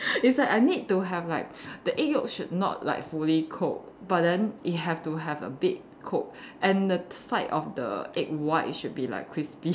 it's like I need to have like the egg yolk should like fully cooked but then it have to have a bit cooked and the sides of the egg white should be like crispy